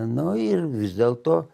nu ir vis dėlto